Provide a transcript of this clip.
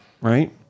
right